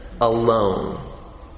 Alone